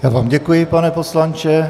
Já vám děkuji, pane poslanče.